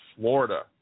Florida